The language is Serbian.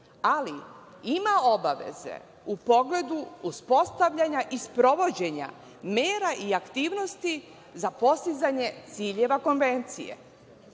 ali ima obaveze u pogledu uspostavljanja i sprovođenja mera i aktivnosti za postizanje ciljeva Konvencije.U